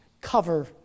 cover